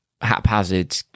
haphazard